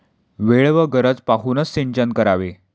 वेळ व गरज पाहूनच सिंचन करावे